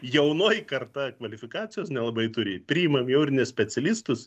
jaunoji karta kvalifikacijos nelabai turi priimam jau ir ne specialistus